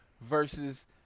versus